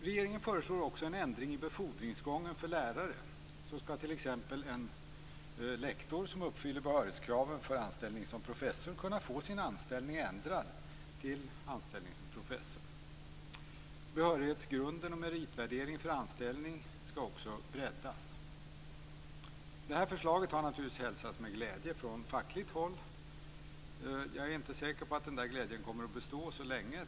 Regeringen föreslår också en ändring i befordringsgången för lärare. En lektor som uppfyller behörighetskraven för anställning som professor skall t.ex. kunna få sin anställning ändrad till anställning som professor. Behörighetsgrund och meritvärdering för anställning skall också breddas. Det här förslaget har naturligtvis hälsats med glädje från fackligt håll. Jag är inte säker på att den glädjen kommer att bestå så länge.